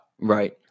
Right